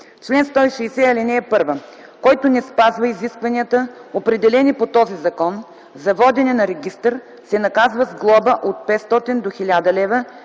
чл. 160: „Чл. 160. (1) Който не спазва изискванията, определени по този закон, за водене на регистър, се наказва с глоба от 500 до 1000 лв.